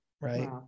right